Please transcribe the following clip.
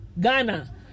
Ghana